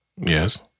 Yes